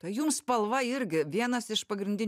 tai jums spalva irgi vienas iš pagrindin